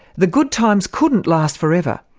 the good times couldn't last forever.